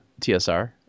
TSR